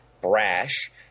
brash